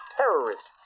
terrorism